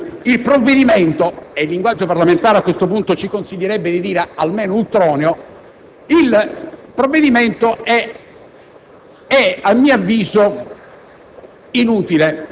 C'è di più: il provvedimento - il linguaggio parlamentare a questo punto ci consiglierebbe di dire almeno ultroneo - è a mio avviso